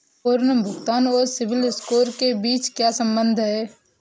पुनर्भुगतान और CIBIL score के बीच क्या संबंध है?